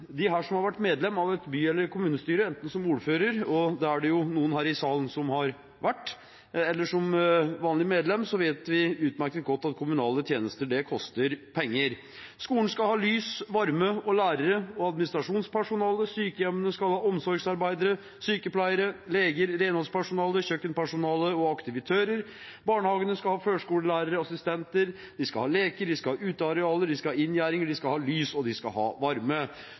de aldri vært, og det er ikke noe nytt. De her som har vært medlem av et by- eller kommunestyre, enten som ordfører – det er det jo noen her i salen som har vært – eller som vanlig medlem, vet utmerket godt at kommunale tjenester koster penger. Skolen skal ha lys, varme, lærere og administrasjonspersonale. Sykehjemmene skal ha omsorgsarbeidere, sykepleiere, leger, renholdspersonale, kjøkkenpersonale og aktivitører. Barnehagene skal ha førskolelærere, assistenter, leker, utearealer, inngjerding, lys og varme.